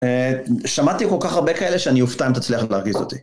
שמעתי כל כך הרבה כאלה שאני אופתע אם תצליח להרגיז אותי.